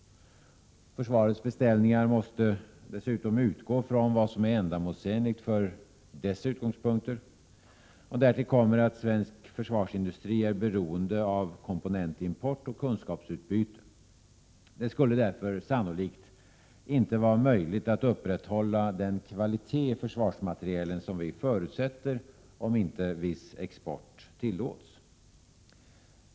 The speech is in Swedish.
Försvarets beställningar måste dessutom utgå från vad som är ändamålsenligt från dess utgångspunkter. Därtill kommer att svensk försvarsindustri är beroende av komponentimport och kunskapsutbyte. Det skulle därför sannolikt inte vara möjligt att upprätthålla den kvalitet i försvarsmaterielen som vi förutsätter om inte viss export tillåts.